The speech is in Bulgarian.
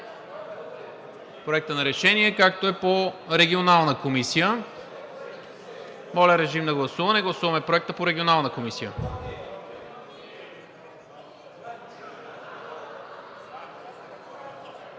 Проекта на решение, както е по Регионална комисия. Моля, режим на гласуване. Гласуваме Проекта по Регионална комисия.